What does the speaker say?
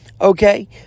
Okay